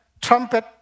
trumpet